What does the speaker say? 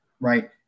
right